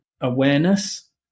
awareness